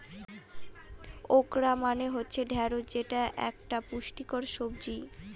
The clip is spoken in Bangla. ওকরা মানে হচ্ছে ঢ্যাঁড়স যেটা একতা পুষ্টিকর সবজি